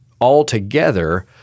altogether